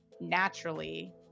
naturally